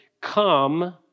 come